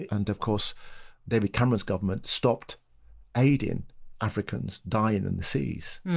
and of course david cameron's government stopped aiding africans dying in the seas.